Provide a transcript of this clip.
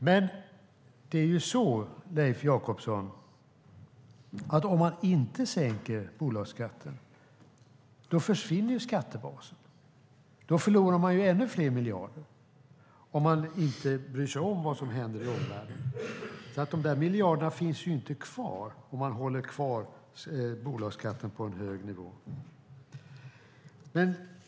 Men, Leif Jakobsson, om man inte sänker bolagsskatten och inte bryr sig om vad som händer i omvärlden så försvinner skattebasen och vi förlorar ännu fler miljarder. De miljarderna finns inte kvar om bolagsskatten behålls på en hög nivå.